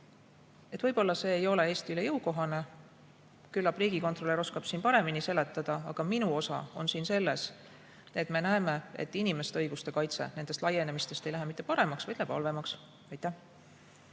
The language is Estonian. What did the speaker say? Võib-olla see ei ole Eestile jõukohane. Küllap riigikontrolör oskab siin paremini seletada, aga minu osa on siin selles, et me näeme, et inimeste õiguste kaitse nendest laienemistest ei lähe mitte paremaks, vaid läheb halvemaks. Aitäh